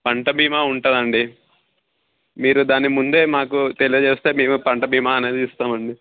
పంట బీమా ఉంటుంది అండి మీరు దాన్ని ముందే మాకు తెలియచేస్తే మేము పంట బీమా అనేది ఇస్తాం అండి